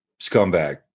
scumbag